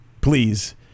please